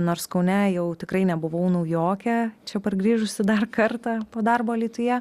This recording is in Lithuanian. nors kaune jau tikrai nebuvau naujokė čia pargrįžusi dar kartą po darbo alytuje